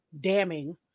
damning